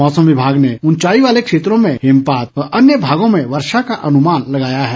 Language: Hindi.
मौसम विभाग ने उंचाई वाले क्षेत्रों मे हिमपात व अन्य भागों में वर्षा का अनुमान लगाया है